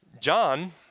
John